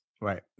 Right